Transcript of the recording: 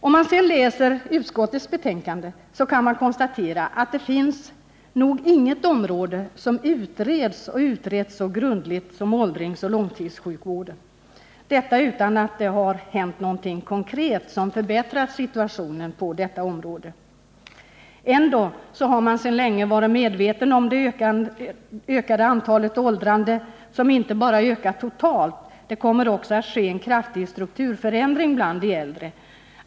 Om man läser utskottets betänkande kan man konstatera att det nog inte finns något område som utretts och utreds så grundligt som åldringsoch långtidssjukvården — detta utan att det händer någonting konkret som förbättrat situationen på detta område. Ändå har man sedan länge varit medveten om det ökade antalet åldrande, som inte bara ökar totalt, utan det kommer också att ske en kraftig strukturförändring bland de äldre.